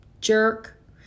jerk